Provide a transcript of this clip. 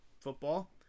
football